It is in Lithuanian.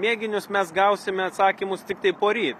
mėginius mes gausime atsakymus tiktai poryt